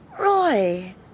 Roy